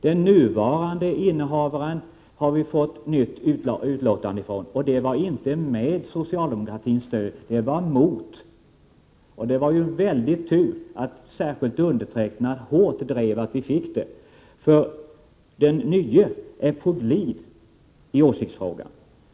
Den nuvarande innehavaren har vi fått ett nytt utlåtande från, men det var inte med socialdemokraternas stöd utan mot. Det var ju en väldig tur att särskilt undertecknad hårt drev på så att vi fick det, för den nye är på glid i åsiktsfrågan.